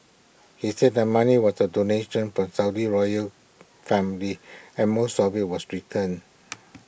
he said the money was A donation from the Saudi royal family and most of IT was returned